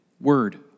word